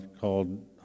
called